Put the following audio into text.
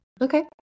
Okay